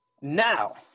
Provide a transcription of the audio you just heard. Now